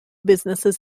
businesses